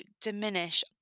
diminish